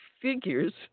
figures